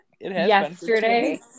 yesterday